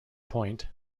point